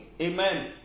Amen